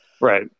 Right